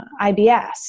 IBS